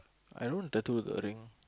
I don't tattoo the ring